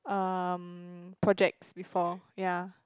um projects before ya